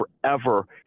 forever